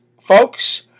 folks